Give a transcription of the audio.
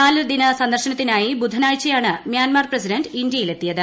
നാല് ദിന സന്ദർശനത്തിനായി ബുധനാഴ്ചയാണ് മ്യാൻമാർ പ്രസിഡന്റ് ഇന്ത്യയിലെത്തിയത്